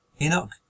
Enoch